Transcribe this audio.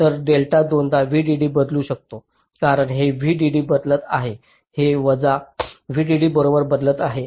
तर डेल्टा दोनदा VDD बदलू शकतो कारण हे VDD बदलत आहे हे वजा VDD बरोबर बदलत आहे